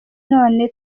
none